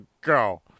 go